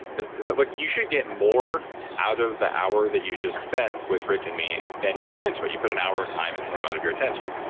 is is that, look, you should get more out of the hour that you just spent with rick and me than you put into it. you put an hour of time and some amount of your attention.